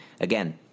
again